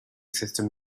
system